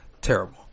Terrible